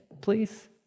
please